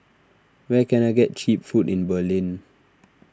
where can I get Cheap Food in Berlin